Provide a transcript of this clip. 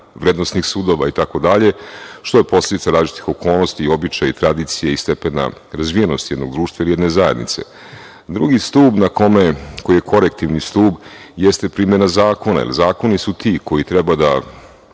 vrednosnih sudova, itd, što je posledica različitih okolnosti, običaja, tradicije i stepena razvijenosti jednog društva ili jedne zajednice. Drugi stub, koji je korektivni stub, jeste primena zakona, jer zakoni su ti koji treba da